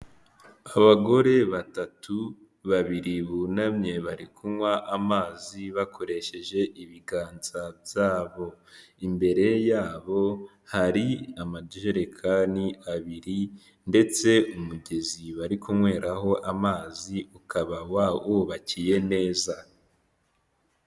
Abagore batatu babiri bunamye bari kunywa amazi bakoresheje ibiganza byabo imbere yabo hari amajerekani abiri ndetse umugezi bari kunyweraho amazi ukaba wubakiye neza.